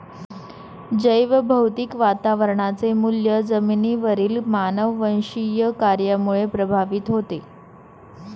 जैवभौतिक वातावरणाचे मूल्य जमिनीवरील मानववंशीय कार्यामुळे प्रभावित होते